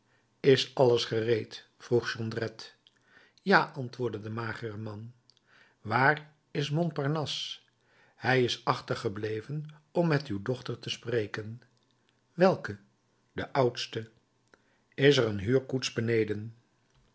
is alles gereed vroeg jondrette ja antwoordde de magere man waar is montparnasse hij is achtergebleven om met uw dochter te spreken welke de oudste is er een huurkoets beneden